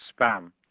spam